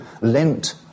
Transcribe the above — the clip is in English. lent